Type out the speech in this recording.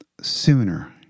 sooner